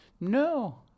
No